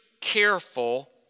careful